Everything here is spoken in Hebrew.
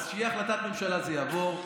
אז כשתהיה החלטת ממשלה זה יעבור.